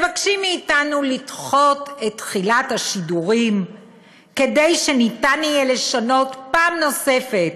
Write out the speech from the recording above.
מבקשים מאתנו לדחות את תחילת השידורים כדי שיהיה אפשר לשנות פעם נוספת